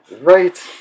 Right